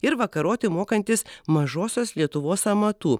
ir vakaroti mokantis mažosios lietuvos amatų